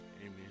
Amen